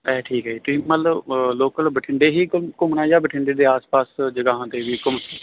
ਹੈ ਠੀਕ ਹੈ ਜੀ ਤੁਸੀਂ ਮਤਲਬ ਲੋਕਲ ਬਠਿੰਡੇ ਹੀ ਘੁੰਮ ਘੁੰਮਣਾ ਜਾਂ ਬਠਿੰਡੇ ਦੇ ਆਸ ਪਾਸ ਜਗ੍ਹਾਵਾਂ 'ਤੇ ਜੀ ਘੁੰਮ